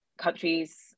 countries